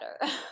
better